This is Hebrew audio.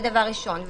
זה דבר ראשון.